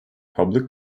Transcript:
public